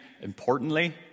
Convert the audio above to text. importantly